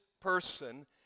person